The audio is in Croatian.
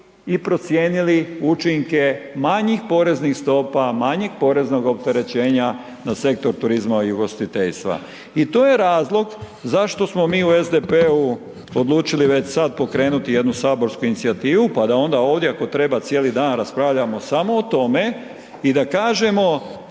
i procijenili učinke manjih poreznih stopa, manjeg poreznog opterećenja na sektor turizma i ugostiteljstva i to je razlog zašto smo mi u SDP-u odlučili već sad pokrenuti jednu saborsku inicijativu pa da onda ovdje ako treba cijeli raspravljamo samo o tome i da kažemo